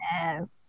Yes